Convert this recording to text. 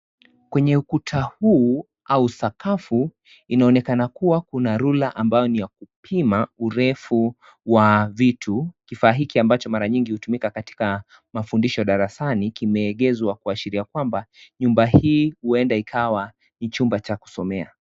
Kwenye ukuta huu au sakafu, inaonekana kuwa kuna rula ambayo ni ya kupima urefu wa vitu. Kifaa hiki ambacho mara nyingi hutimika katika mafundisho darasani, kimeegezwa kuashiria kwamba, nyumba hii huenda ikawa ni chumba cha kusomea.